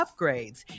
upgrades